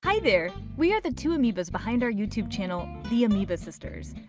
hi there! we are the two amoebas behind our youtube channel the amoeba sisters.